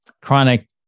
chronic